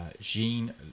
Jean